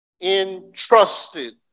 Entrusted